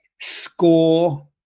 score